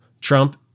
Trump